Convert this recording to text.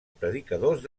predicadors